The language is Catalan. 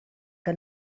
que